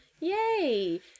Yay